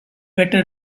better